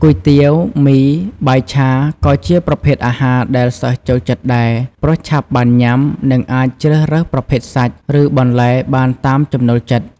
គុយទាវ មី បាយឆា ក៏ជាប្រភេទអាហារដែលសិស្សចូលចិត្តដែរ ព្រោះឆាប់បានញ៉ាំ និងអាចជ្រើសរើសប្រភេទសាច់ ឬបន្លែបានតាមចំណូលចិត្ត។